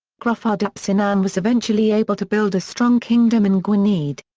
gruffudd ap cynan was eventually able to build a strong kingdom in gwynedd.